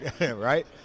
right